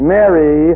Mary